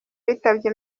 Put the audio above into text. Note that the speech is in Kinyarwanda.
bitabye